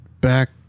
back